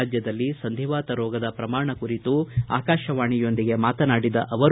ರಾಜ್ಯದಲ್ಲಿ ಸಂಧಿವಾತ ರೋಗದ ಪ್ರಮಾಣ ಕುರಿತು ಆಕಾಶವಾಣಿಯೊಂದಿಗೆ ಮಾತನಾಡಿದ ಅವರು